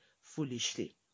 foolishly